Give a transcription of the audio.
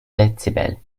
dezibel